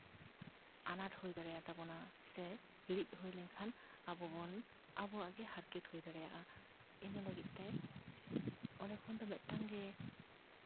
ᱟᱱᱟᱴ ᱦᱩᱭ ᱫᱟᱲᱮᱭᱟᱛᱟᱵᱚᱱᱟ ᱥᱮ ᱦᱤᱲᱤᱡ ᱦᱩᱭ ᱞᱮᱱᱠᱷᱟᱱ ᱟᱵᱚ ᱵᱚᱱ ᱟᱵᱚᱣᱟᱜ ᱜᱮ ᱦᱟᱨᱠᱮᱛ ᱦᱩᱭ ᱫᱟᱲᱮᱭᱟᱜᱼᱟ ᱤᱱᱟᱹ ᱞᱟᱹᱜᱤᱫ ᱛᱮ ᱚᱸᱰᱮ ᱠᱷᱚᱱ ᱫᱚ ᱢᱤᱫᱴᱟᱱ ᱜᱮ